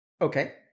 Okay